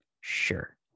sure